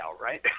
right